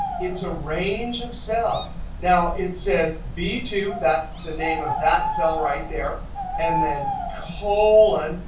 it's a range of cells. now, it says, b two that's the name of that cell right there and then colon,